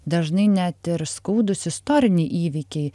dažnai net ir skaudūs istoriniai įvykiai